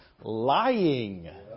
lying